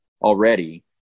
already